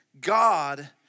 God